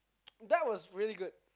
that was really good